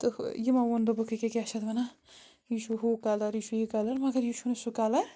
تہٕ یِمو ووٚن دوٚپُکھ أکہِ کیٛاہ چھِ اتھ وَنان یہِ چھُ ہُہ کَلر یہِ چھُ یہِ کَلر مگر یہِ چھُنہٕ سُہ کَلر